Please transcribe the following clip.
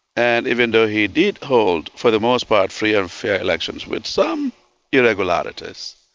and even though he did hold for the most part free and fair elections, with some irregularities,